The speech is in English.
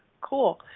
Cool